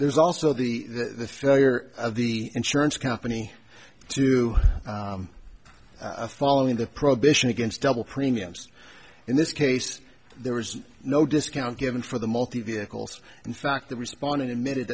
there's also the failure of the insurance company to a following the prohibition against double premiums in this case there was no discount given for the multi vehicles in fact the respondent emitted